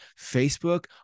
Facebook